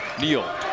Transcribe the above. Neal